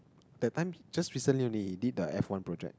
that time just recently only did the F-one project